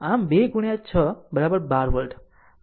આમ 2 6 12 વોલ્ટ